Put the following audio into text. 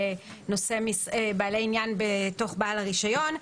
או בעלי העניין בתוך בעל הרישיון,